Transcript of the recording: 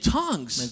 tongues